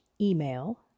email